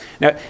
Now